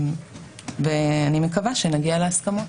ואני מקווה שנגיע להסכמות.